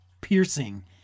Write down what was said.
piercing